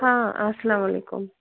آ اَلسلام علیکُم